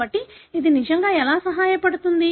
కాబట్టి ఇది నిజంగా ఎలా సహాయపడుతుంది